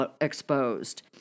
exposed